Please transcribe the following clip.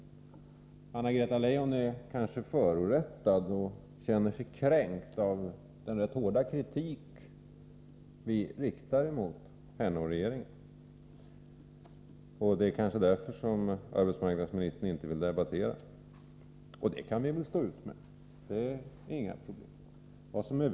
Anna-Greta Leijon är kanske förorättad och känner sig kränkt av den rätt hårda kritik vi riktar mot henne och regeringen. Det är kanske därför som arbetsmarknadsministern inte vill debattera. Det kan vi väl stå ut med — det är inga problem.